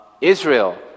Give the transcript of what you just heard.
Israel